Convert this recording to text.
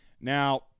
Now